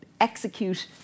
execute